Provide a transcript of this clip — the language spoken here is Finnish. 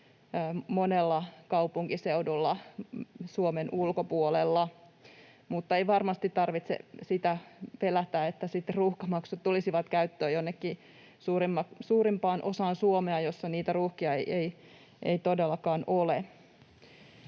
monella kaupunkiseudulla Suomen ulkopuolella, mutta ei varmasti tarvitse pelätä sitä, että sitten ruuhkamaksut tulisivat käyttöön jonnekin suurimpaan osaan Suomea, missä niitä ruuhkia ei todellakaan ole.